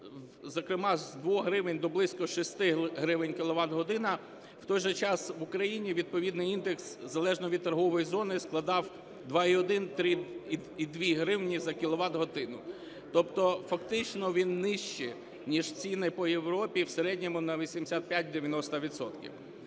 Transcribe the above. зокрема з 2 гривень до близько 6 гривень кіловат-година. В той же час, в Україні відповідний індекс залежно від торгової зони складав 2,1-3,2 гривні за кіловат-годину. Тобто фактично він нижчий, ніж ціни по Європі, в середньому на 85-90